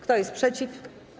Kto jest przeciw?